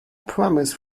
promise